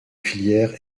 filière